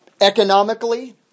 economically